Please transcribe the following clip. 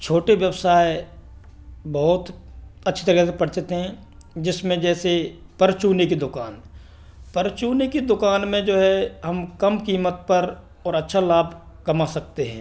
छोटे व्यवसाय बहुत अच्छी तरीके से परिचित हैं जिसमें जैसे परचून की दुकान परचून की दुकान में जो है हम कम कीमत पर और अच्छा लाभ कमा सकते हैं